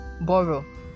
borrow